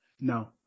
No